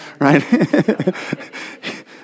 right